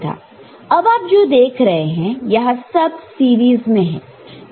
अब आप जो देख रहे हैं यहां पर सब सीरीज में है